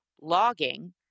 logging